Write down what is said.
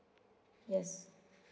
yes